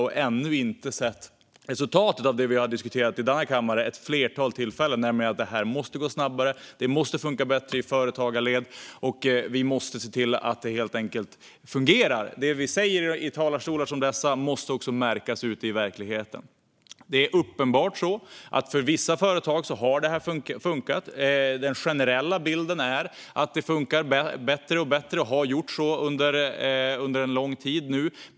De har ännu inte sett resultatet av det som vi i denna kammare har diskuterat vid ett flertal tillfällen, nämligen att det här måste gå snabbare och funka bättre i företagarled. Vi måste helt enkelt se till att det här fungerar. Det vi säger i talarstolar som denna måste också märkas ute i verkligheten. Det är uppenbart att det här har funkat för vissa företag. Den generella bilden är att det funkar bättre och bättre och har så gjort under en lång tid.